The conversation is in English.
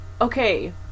okay